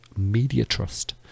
Mediatrust